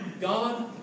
God